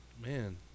Man